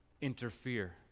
interfere